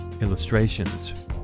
Illustrations